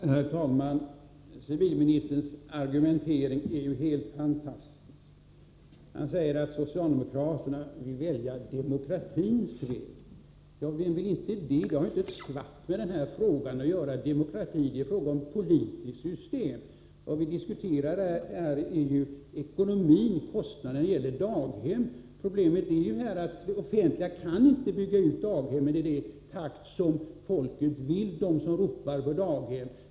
Herr talman! Civilministerns argumentering är helt fantastisk. Han säger att socialdemokraterna väljer demokratins väg. Det har inte ett skvatt med den här frågan att göra. Demokrati — det är fråga om politiskt system! Vad vi diskuterar är ju ekonomin — alltså kostnaderna — när det gäller daghem. Problemet är att det offentliga inte kan bygga ut daghemmen i den takt som människorna vill — de som ropar efter daghem.